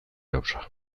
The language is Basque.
gauza